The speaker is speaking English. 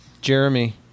Jeremy